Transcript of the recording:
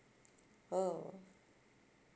oh